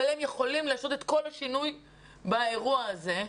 הם יכולים לעשות את כל השינוי באירוע הזה,